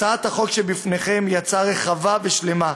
הצעת החוק שבפניכם היא הצעה רחבה ושלמה,